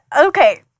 okay